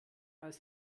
als